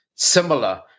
Similar